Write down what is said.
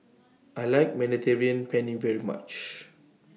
I like Mediterranean Penne very much